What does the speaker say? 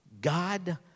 God